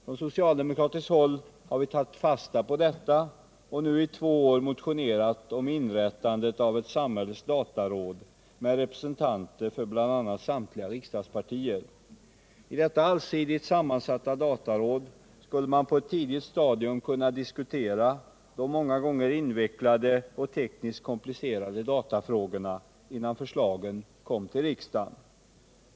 Från socialdemokratiskt håll har vi tagit fasta på detta och nu i två år motionerat om inrättandet av ett samhällets dataråd med representanter för bl.a. samtliga riksdagspartier. I detta allsidigt sammansatta dataråd skulle man på ett tidigt stadium kunna diskutera de många gånger invecklade och tekniskt komplicerade datafrågorna innan förslagen kom till riksdagen.